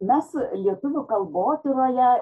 mes lietuvių kalbotyroje